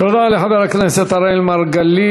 תודה לחבר הכנסת אראל מרגלית.